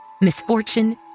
misfortune